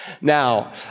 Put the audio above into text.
Now